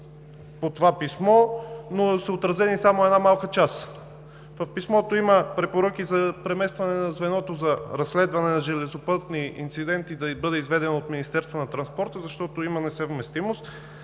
по това писмо, но са отразени само малка част. В писмото има препоръки за преместване на звеното за разследване на железопътни инциденти – да бъде изведено от Министерството на транспорта, информационните